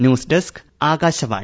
news desk Akashvani